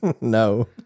no